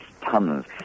tons